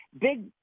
big